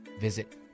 visit